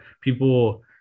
people